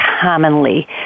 commonly